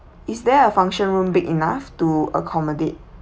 is there a function room big enough to accommodate